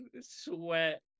sweat